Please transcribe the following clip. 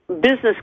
business